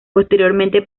posteriormente